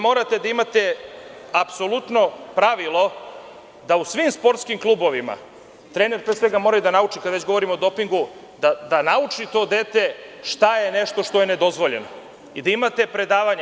Morate da imate apsolutno pravilo da u svim sportskim klubovima treneri pre svega moraju da nauče, kada već govorimo o dopingu, da nauči to dete šta je nešto što je nedozvoljeno i da imate predavanja.